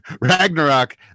ragnarok